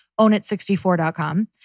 Ownit64.com